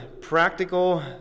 practical